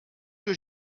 que